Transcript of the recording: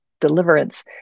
deliverance